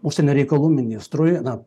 užsienio reikalų ministrui na